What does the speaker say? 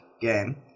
game